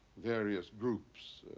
various groups.